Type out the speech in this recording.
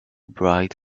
bright